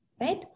right